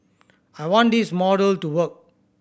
I want this model to work